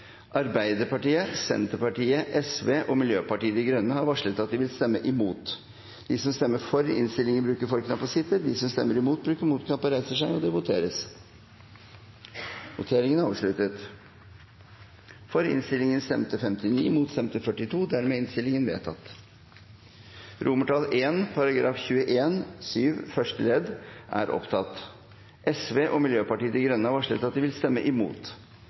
Arbeiderpartiet, Senterpartiet, Sosialistisk Venstreparti og Miljøpartiet De Grønne har varslet at de vil stemme imot. Det voteres over I § 21-7 første ledd. Sosialistisk Venstreparti og Miljøpartiet De Grønne har varslet at de vil stemme imot.